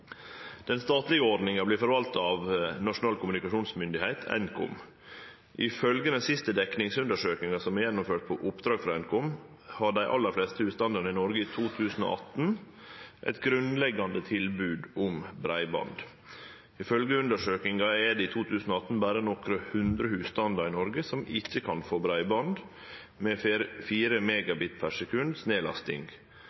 Den statlege ordninga vert forvalta av Nasjonal kommunikasjonsmyndigheit, Nkom. Ifølgje den siste dekningsundersøkinga som er gjennomført på oppdrag frå Nkom, har dei aller fleste husstandane i Noreg i 2018 eit grunnleggjande tilbod om breiband. Ifølgje undersøkinga er det i 2018 berre nokre hundre husstandar i Noreg som ikkje kan få breiband med